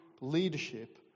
leadership